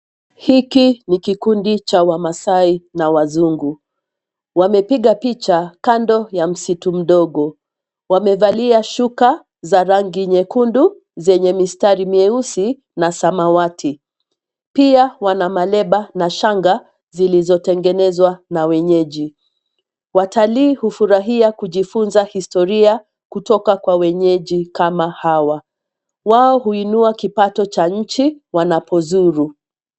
Hiki ni kikundi cha Wamaasai na Wazungu. Wamepiga picha kando ya msitu mdogo, wamevalia shuka za rangi nyekundu zenye mistari mieusi na samwati. Pia wana maleba na shanga zilizotengenezwa na wenyeji. Watalii hufurahia kujifunza historia kutoka kwa wenyeji kama hawa. Wao huinua kipato cha nchi wanapozuru.